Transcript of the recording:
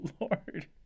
lord